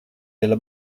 della